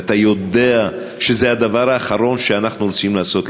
ואתה יודע שזה הדבר האחרון שאנחנו רוצים לעשות,